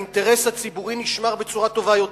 האינטרס הציבורי נשמר בצורה טובה יותר.